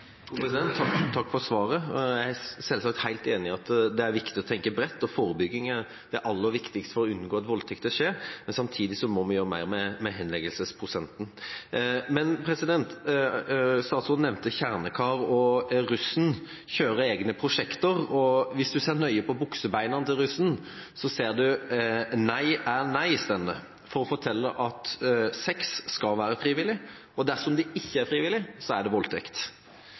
Takk for svaret. Jeg er selvsagt helt enig i at det er viktig å tenke bredt. Forebygging er det aller viktigste for å unngå at voldtekter skjer, men samtidig må vi gjøre mer med henleggelsesprosenten. Statsråden nevnte «Kjernekar». Russen kjører egne prosjekter, og hvis man ser nøye på buksebeina til russen, ser man at det står «Nei er nei», for å fortelle at sex skal være frivillig. Og dersom det ikke er frivillig, er det voldtekt.